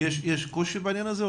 האם יש קושי בעניין הזה?